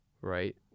right